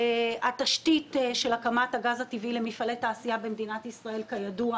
התשתית של העברת הגז הטבעי למפעלי תעשייה במדינת ישראל כידוע